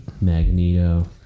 Magneto